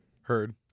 Heard